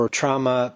trauma